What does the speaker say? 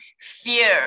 fear